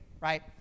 right